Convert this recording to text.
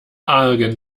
argen